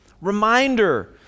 Reminder